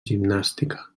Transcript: gimnàstica